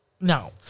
No